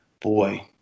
boy